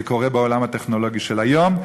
זה קורה בעולם הטכנולוגי של היום,